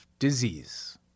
Disease